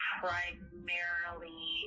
primarily